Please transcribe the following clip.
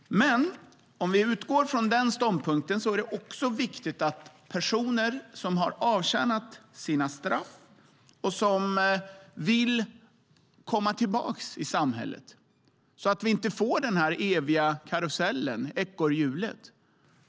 Men om vi utgår från den ståndpunkten är det också viktigt att personer som har avtjänat sina straff och som vill komma tillbaka in i samhället också ska kunna göra det så att vi inte får ett ekorrhjul.